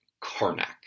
Carnac